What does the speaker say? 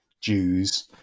Jews